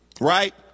Right